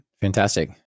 fantastic